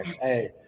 Hey